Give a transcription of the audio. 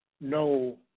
no